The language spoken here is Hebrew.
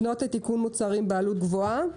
לפנות לתיקון מוצרים בעלות גבוהה,